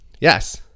Yes